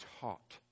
taught